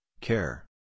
care